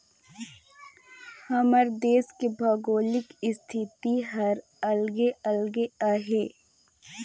हमर देस के भउगोलिक इस्थिति हर अलगे अलगे अहे